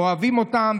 אוהבים אותם.